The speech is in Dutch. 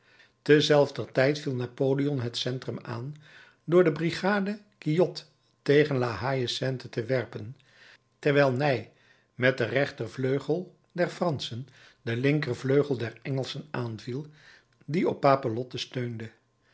zelfder tijd viel napoleon het centrum aan door de brigade quiot tegen la haie sainte te werpen terwijl ney met den rechtervleugel der franschen den linkervleugel der engelschen aanviel die op papelotte steunde